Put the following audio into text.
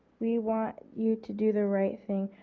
we want you to do the right thing.